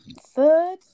Third